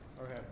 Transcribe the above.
Okay